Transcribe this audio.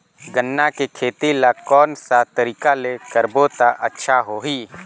गन्ना के खेती ला कोन सा तरीका ले करबो त अच्छा होही?